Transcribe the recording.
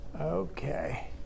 okay